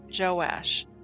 Joash